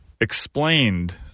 explained